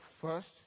first